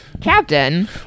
Captain